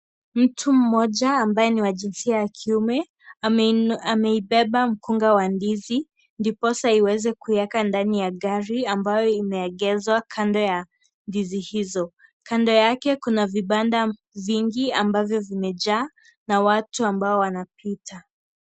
Mtu mmoja ambaye ni wa jinsia ya kiume ameinua ameibeba mkunga wa ndizi ndiposa iweze kuiweka ndani ya gari ambayo imeegezwa kando ya ndizi hizo . Kando yake kuna vibanda vingi ambavyo vimejaa na watu ambao wanapita .